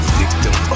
victim